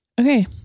Okay